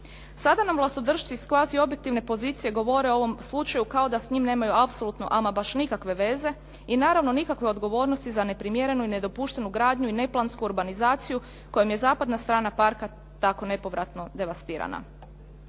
Sada nam vlastodršci iz kvaziobjektivne pozicije govore o ovom slučaju kao da s njim nemaju apsolutno ama baš nikakve veze i naravno nikakve odgovornosti za neprimjerenu i nedopuštenu gradnju i neplansku urbanizaciju kojom je zapadna strana parka tako nepovratno devastirana.